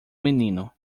menino